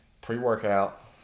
pre-workout